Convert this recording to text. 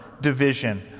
Division